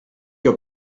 your